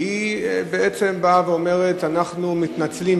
שהיא בעצם באה ואומרת: אנחנו מתנצלים,